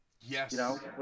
Yes